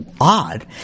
odd